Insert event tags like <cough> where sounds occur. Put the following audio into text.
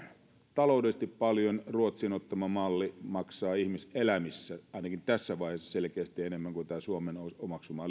taloudellisesti paljon ruotsin ottama malli maksaa ihmiselämissä ainakin tässä vaiheessa selkeästi enemmän kuin suomen omaksuma <unintelligible>